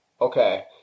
Okay